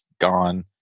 gone